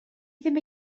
ddim